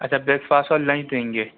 اچھا breakfast اور lunch دیں گے